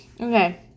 Okay